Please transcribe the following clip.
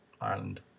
Ireland